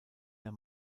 der